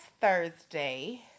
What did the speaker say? Thursday